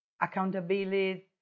accountability